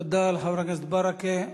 תודה לחבר הכנסת ברכה.